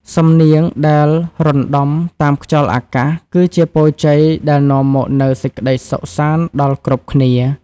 សំនៀងដែលរណ្ដំតាមខ្យល់អាកាស គឺជាពរជ័យដែលនាំមកនូវសេចក្ដីសុខសាន្តដល់គ្រប់គ្នា។